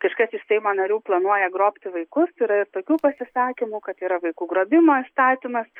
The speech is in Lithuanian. kažkas iš seimo narių planuoja grobti vaikus yra ir tokių pasisakymų kad yra vaikų grobimo įstatymas